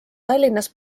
tallinnas